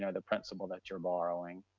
you know the principal that you're borrowing.